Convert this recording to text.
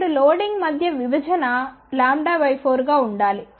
రెండు లోడింగ్ మధ్య విభజన λ 4 గా ఉండాలి